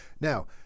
Now